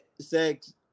sex